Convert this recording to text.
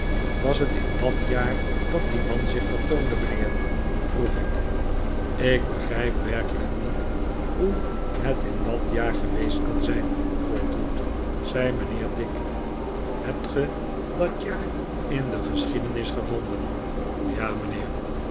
was het in dat jaar dat die man zich vertoonde miinheer vroeg ik ik begrijp werkelijk niet hoe het in dat jaar geweest kan zijn trptwood zei mijnheer dick hebt ge dat jaar in de geschiedenis gevonden ja mijnheer